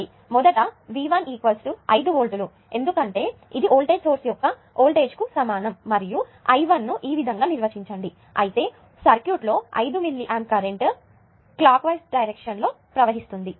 కాబట్టి మొదట V1 8 వోల్ట్లు ఎందుకంటే ఇది వోల్టేజ్ సోర్స్ యొక్క వోల్టేజ్కు సమానం మరియు I1 ఈ విధంగా నిర్వచించబడింది అయితే సర్క్యూట్లో 5 milliamp current clockwise లో ప్రవహిస్తుంది